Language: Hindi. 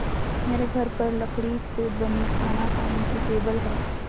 मेरे घर पर लकड़ी से बनी खाना खाने की टेबल है